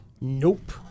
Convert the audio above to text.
Nope